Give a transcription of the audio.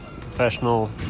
professional